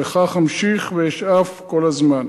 וכך אמשיך ואשאף כל הזמן.